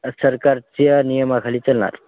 सरकारच्या नियमाखाली चालणार